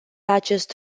acest